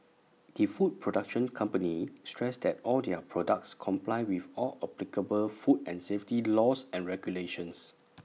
the food production company stressed that all their products comply with all applicable food and safety laws and regulations